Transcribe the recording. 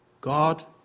God